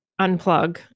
unplug